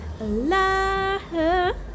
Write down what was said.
love